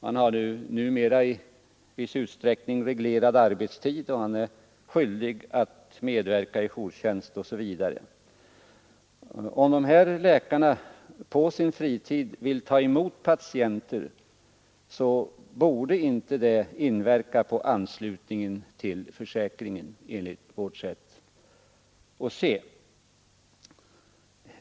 Han har numera i viss utsträckning reglerad arbetstid och är skyldig att medverka vid jourtjänst osv. Om en sådan läkare på sin fritid vill ta emot patienter, så borde det, enligt vårt sätt att se, inte inverka på anslutningen till försäkringen.